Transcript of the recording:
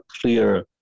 clear